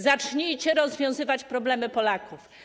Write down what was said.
Zacznijcie rozwiązywać problemy Polaków.